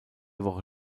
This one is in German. woche